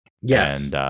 Yes